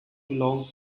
belongs